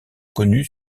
connu